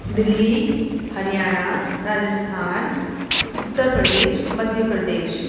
Delhi Haryana Rajasthan Uttar Pradesh Madhya Pradesh